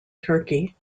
turkey